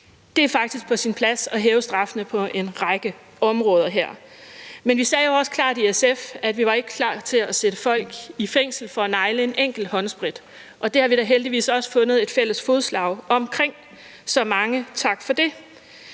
det er på sin plads at hæve straffene på en række områder her. Men vi sagde jo også klart i SF, at vi ikke var klar til at sætte folk i fængsel for at negle en enkelt håndsprit, og det har vi da heldigvis også fundet et fælles fodslag omkring – så mange tak for det!